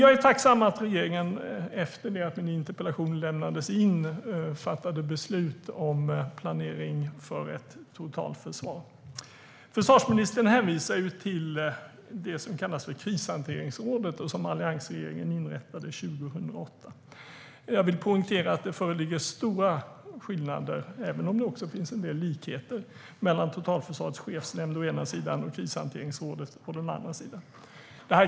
Jag är tacksam att regeringen, efter att min interpellation lämnats in, fattade beslut om planering för ett totalförsvar. Försvarsministern hänvisar till det som kallas Krishanteringsrådet, som alliansregeringen inrättade 2008. Jag vill poängtera att det föreligger stora skillnader, även om det också finns en del likheter, mellan Totalförsvarets chefsnämnd å den ena sidan och Krishanteringsrådet å den andra.